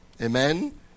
Amen